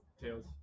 tails